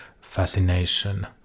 fascination